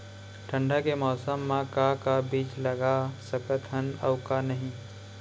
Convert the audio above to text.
ठंडा के मौसम मा का का बीज लगा सकत हन अऊ का नही?